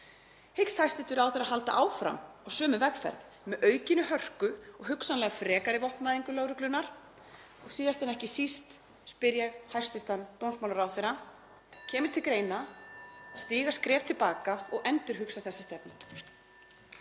Hyggst hæstv. ráðherra halda áfram á sömu vegferð með aukinni hörku og hugsanlega frekari vopnavæðingu lögreglunnar? Og síðast en ekki síst spyr ég hæstv. dómsmálaráðherra: Kemur til greina að stíga skref til baka og endurhugsa þessa stefnu?